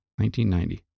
1990